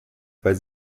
weil